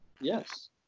Yes